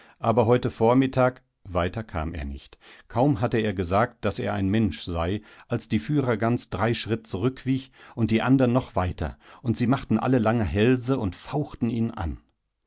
mensch gewesen aberheutevormittag weiter kam er nicht kaum hatte er gesagt daß er ein mensch sei als die führergans drei schritt zurückwich und die andern noch weiter und sie machtenallelangehälseundfauchtenihnan diesenverdachthabeichvondemerstenaugenblickangehabt alsichdich hier an